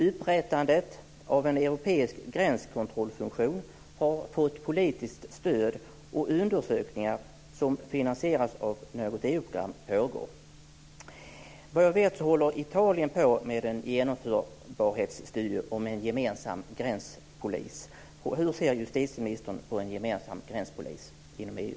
Upprättandet av en europeisk gränskontrollfunktion har fått politiskt stöd, och undersökningar som finansieras av något EU-program pågår. Vad jag vet håller Italien på med en genomförbarhetsstudie om en gemensam gränspolis. Hur ser justitieministern på en gemensam gränspolis inom EU?